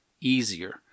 easier